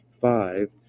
Five